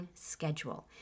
schedule